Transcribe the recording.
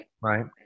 Right